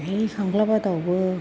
बै खांख्लाबादायावबो